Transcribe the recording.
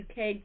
UK